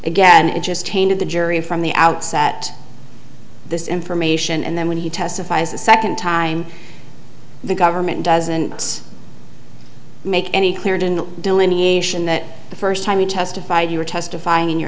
again it just tainted the jury from the outset this information and then when he testifies the second time the government doesn't make any clear in the delineation that the first time you testified you were testifying in your